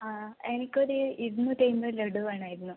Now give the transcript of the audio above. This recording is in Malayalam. ആ എനിക്കൊരു ഇരുനൂറ്റൻപത് ലഡു വേണമായിരുന്നു